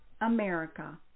America